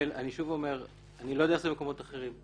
אני לא יודע איך זה במקומות אחרים.